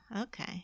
okay